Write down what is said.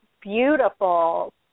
beautiful